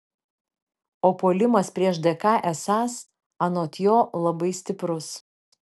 o puolimas prieš dk esąs anot jo labai stiprus